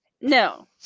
No